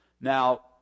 Now